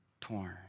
torn